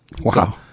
Wow